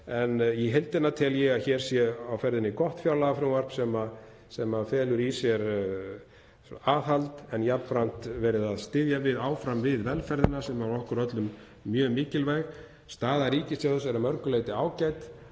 En í heildina tel ég að hér sé á ferðinni gott fjárlagafrumvarp sem felur í sér aðhald en að jafnframt sé verið að styðja áfram við velferðina sem er okkur öllum mjög mikilvæg. Staða ríkissjóðs er að mörgu leyti ágæt